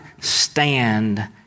stand